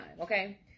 okay